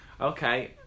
Okay